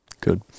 Good